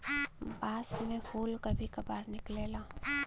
बांस में फुल कभी कभार निकलेला